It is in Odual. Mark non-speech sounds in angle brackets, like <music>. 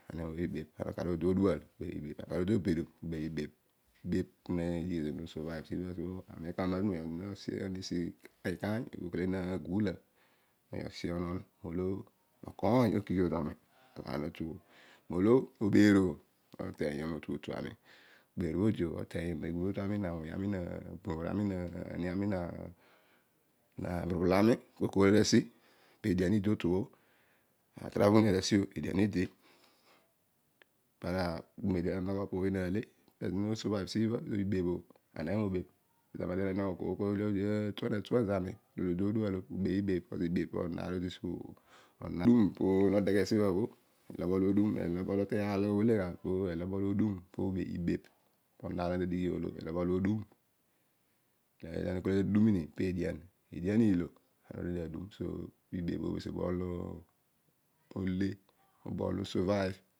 Bebh ibebh. kaar lo ana odi to odual. ana oditobedum. ibebh pobho no use no surviva siibha bho <unintelligible> amem lo na gina pa ami na ki mosi onon molo okoiny okighio zami. <noise> molo obeer o ololio to otu ami obeer obho odi o otenyio meghunotu ami. na wuny ami na ni ami na abrubolol ami. kooy kooy lo aru asio pe edian idi to otu o. Atravel ini aru asi o <unintelligible> pozo no sunvive siibhai ani na deghe na nogho koiy kooy la atua zami mo obebh ibebh. ibebh pobho no deghe siibho ezo obol odun po obebh ibebh <unintelligible> onon aar lo ana tadighi oolo. ezo obol odua. Aar o tadighi na pedian. edian nlo ana orue dio arugh so edian pobho nole. no survivie.